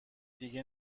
دیگه